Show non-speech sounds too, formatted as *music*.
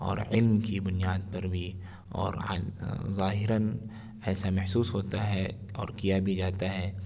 اور علم کی بنیاد پر بھی اور *unintelligible* ظاہراً ایسا محسوس ہوتا ہے اور کیا بھی جاتا ہے